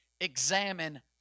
examine